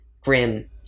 grim